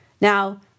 Now